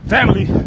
Family